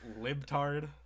Libtard